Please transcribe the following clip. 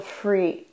free